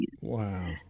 Wow